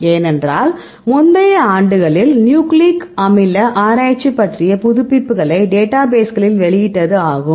ஏனென்றால் முந்தைய ஆண்டுகளில் நியூக்ளிக் அமில ஆராய்ச்சி பற்றிய புதுப்பிப்புகளை டேட்டாபேஸ் களில் வெளியிட்டது ஆகும்